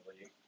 league